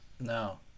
No